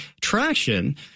traction